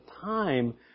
time